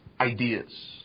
ideas